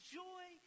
joy